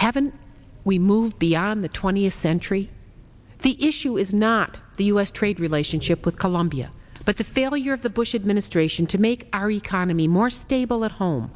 haven't we moved beyond the twentieth century the issue is not the u s trade relationship with colombia but the failure of the bush administration to make our economy more stable at home